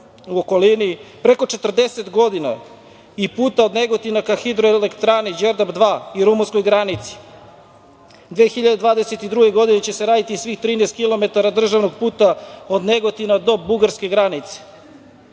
u okolini, preko 40 godina i puta od Negotina ka hidroelektrani Đerdap II i rumunskoj granici. Godine 2022. će se raditi svih 13 kilometara državnog puta od Negotina do bugarske granice.